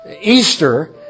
Easter